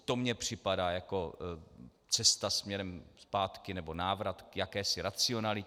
To mně připadá jako cesta směrem zpátky, nebo návrat k jakési racionalitě.